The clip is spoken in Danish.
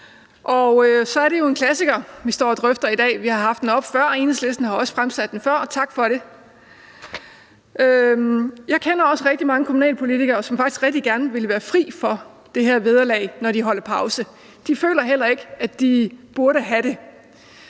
Og så er det jo en klassiker, vi står og drøfter i dag. Vi har haft den oppe før, Enhedslisten har også fremsat den før, og tak for det. Jeg kender også rigtig mange kommunalpolitikere, som faktisk rigtig gerne ville være fri for det her vederlag, når de holder pause. De føler heller ikke, at de burde have det.